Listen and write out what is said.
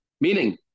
Meaning